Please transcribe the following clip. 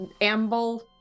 amble